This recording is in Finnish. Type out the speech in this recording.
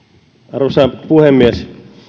arvoisa puhemies